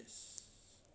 yes